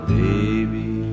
baby